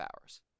hours